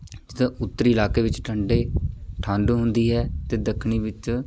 ਜਿੱਦਾਂ ਉੱਤਰੀ ਇਲਾਕੇ ਵਿੱਚ ਠੰਡੇ ਠੰਡ ਹੁੰਦੀ ਹੈ ਅਤੇ ਦੱਖਣੀ ਵਿੱਚ